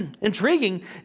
Intriguing